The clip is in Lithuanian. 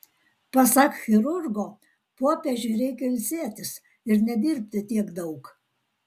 pasak chirurgo popiežiui reikia ilsėtis ir nedirbti tiek daug